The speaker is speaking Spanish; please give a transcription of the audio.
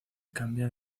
cambia